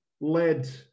led